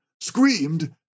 screamed